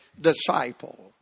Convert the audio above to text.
disciple